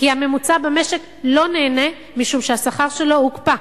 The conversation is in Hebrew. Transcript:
כי הממוצע במשק לא נהנה, משום שהשכר שלו הוקפא,